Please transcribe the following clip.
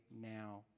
now